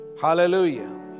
Hallelujah